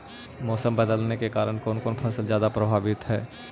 मोसम बदलते के कारन से कोन फसल ज्यादा प्रभाबीत हय?